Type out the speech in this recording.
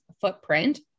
footprint